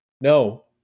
No